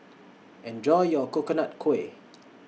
Enjoy your Coconut Kuih